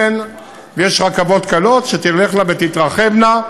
יש רכבות קלות שתלכנה ותתרחבנה,